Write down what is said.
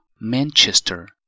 Manchester